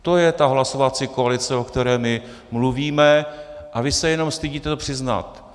To je ta hlasovací koalice, o které mluvíme, a vy se jenom stydíte to přiznat.